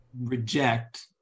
reject